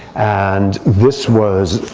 and this was